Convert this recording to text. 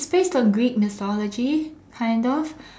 it's based on Greek mythology kind of